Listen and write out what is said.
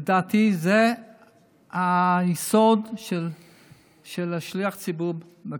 לדעתי זה היסוד של שליח הציבור בכנסת.